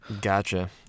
Gotcha